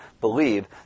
believe